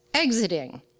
exiting